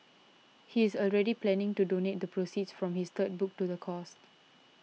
he is already planning to donate the proceeds from his third book to the cause